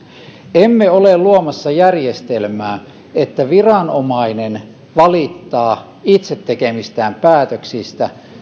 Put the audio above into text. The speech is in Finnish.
emme ole luomassa järjestelmää jossa viranomainen valittaa itse tekemistään päätöksistä